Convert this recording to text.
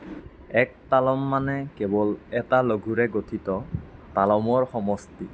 এক তালম মানে কেৱল এটা লঘুৰে গঠিত তালমৰ সমষ্টি